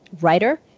writer